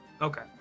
Okay